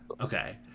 Okay